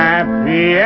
Happy